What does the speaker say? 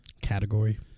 Category